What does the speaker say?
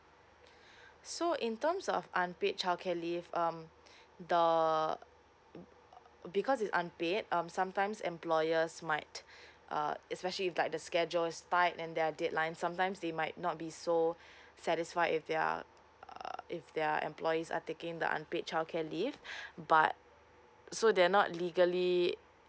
so in terms of unpaid childcare leave um the because it's unpaid um sometimes employers might uh especially like the schedule's tight and then their deadline sometimes they might not be so satisfied if their uh if their employees are taking the unpaid childcare leave but so they are not legally